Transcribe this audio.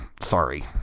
sorry